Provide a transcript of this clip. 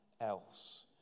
else